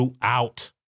throughout